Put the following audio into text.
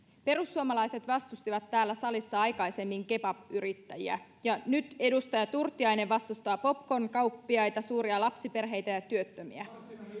perussuomalaiset vastustivat täällä salissa aikaisemmin kebab yrittäjiä ja nyt edustaja turtiainen vastustaa popcorn kauppiaita suuria lapsiperheitä ja työttömiä